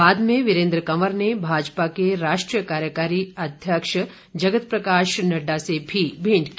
बाद वीरेन्द्र कंवर ने भाजपा के राष्ट्रीय कार्यकारी अध्यक्ष जगत प्रकाश नड्डा से भी मेंट की